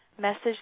message